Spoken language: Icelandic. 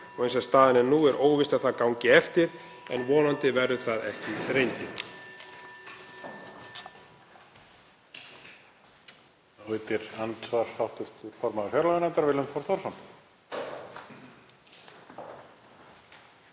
Eins og staðan er nú er óvíst að það gangi eftir. Vonandi verður það ekki reyndin.